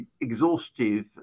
exhaustive